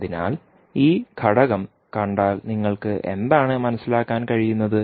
അതിനാൽ ഈ ഘടകം കണ്ടാൽ നിങ്ങൾക്ക് എന്താണ് മനസ്സിലാക്കാൻ കഴിയുന്നത്